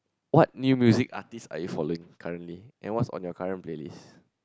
what new music artist are you following currently and what's on your current playlist